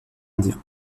indien